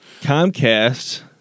Comcast